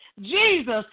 Jesus